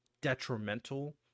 detrimental